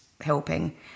helping